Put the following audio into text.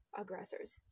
aggressors